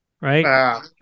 right